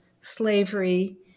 slavery